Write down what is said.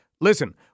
Listen